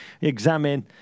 examine